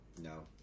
No